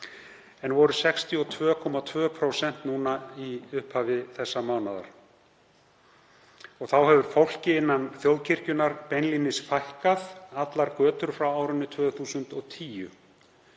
en 62,2% í upphafi þessa mánaðar. Þá hefur fólki innan þjóðkirkjunnar beinlínis fækkað allar götur frá árinu 2010.